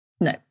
No